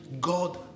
God